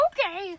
Okay